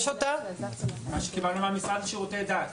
זה מה שקיבלנו מן המשרד לשירותי דת.